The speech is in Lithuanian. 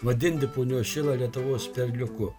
vadinti punios šilą lietuvos perliuku